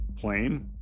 plane